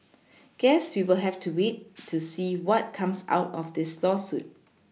guess we'll have to wait to see what comes out of this lawsuit